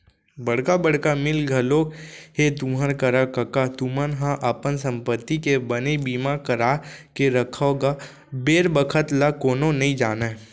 बड़का बड़का मील घलोक हे तुँहर करा कका तुमन ह अपन संपत्ति के बने बीमा करा के रखव गा बेर बखत ल कोनो नइ जानय